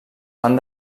van